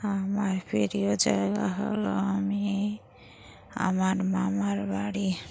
আমার প্রিয় জায়গা হলো আমি আমার মামার বাড়ি